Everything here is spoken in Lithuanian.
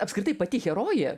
apskritai pati herojė